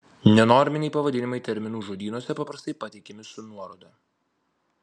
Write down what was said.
nenorminiai pavadinimai terminų žodynuose paprastai pateikiami su nuoroda